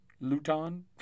Luton